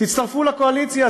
תצטרפו לקואליציה,